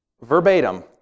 verbatim